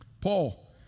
Paul